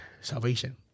salvation